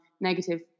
negative